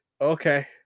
Okay